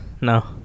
No